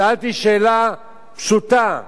שאלתי שאלה פשוטה: